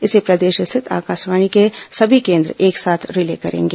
इसे प्रदेश स्थित आकाशवाणी के सभी केंद्र एक साथ रिले करेंगे